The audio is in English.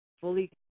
fully